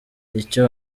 icyo